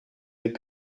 had